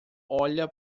olha